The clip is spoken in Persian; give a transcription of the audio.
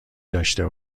داشته